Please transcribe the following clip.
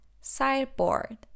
Sideboard